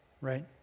right